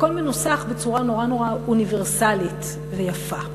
הכול מנוסח בצורה נורא נורא אוניברסלית ויפה.